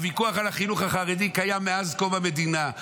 הוויכוח על החינוך החרדי קיים מאז קום המדינה.